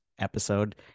episode